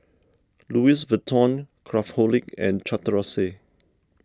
Louis Vuitton Craftholic and Chateraise